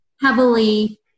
heavily